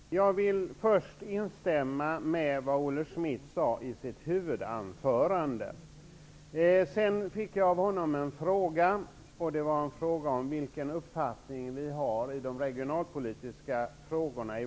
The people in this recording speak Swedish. Herr talman! Jag vill först instämma i det som Olle Jag fick en fråga av Olle Schmidt. Han undrade vilken uppfattning vi moderater har i de regionalpolitiska frågorna.